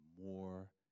more